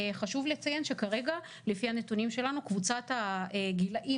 חשוב לציין שכרגע לפי הנתונים שלנו קבוצת הגילאים